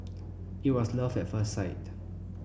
it was love at first sight